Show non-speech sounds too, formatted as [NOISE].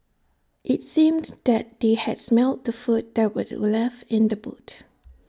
IT seemed that they had smelt the food that [UNINTELLIGIBLE] were left in the boot